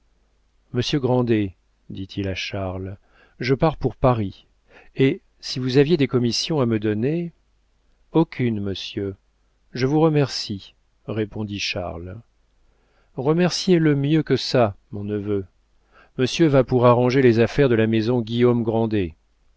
grandet dit-il à charles je pars pour paris et si vous aviez des commissions à me donner aucune monsieur je vous remercie répondit charles remerciez-le mieux que ça mon neveu monsieur va pour arranger les affaires de la maison guillaume